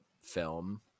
film